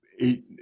eight